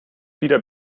wieder